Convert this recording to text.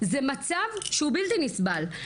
זה מצב שהוא בלתי נסבל,